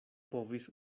povis